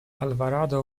alvarado